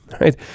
Right